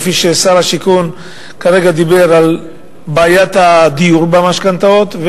כפי ששר השיכון כרגע דיבר על בעיית הדיור והמשכנתאות?